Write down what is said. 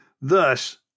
Thus